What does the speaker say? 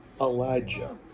Elijah